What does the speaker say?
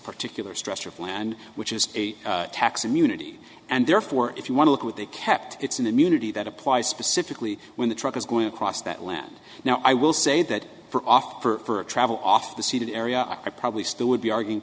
particular stretch of land which is a tax immunity and therefore if you want to quit they kept it's an immunity that applies specifically when the truck is going across that land now i will say that for off for travel off the seated area i probably still would be arguing